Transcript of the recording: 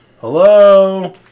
hello